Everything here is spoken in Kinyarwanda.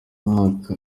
mwaka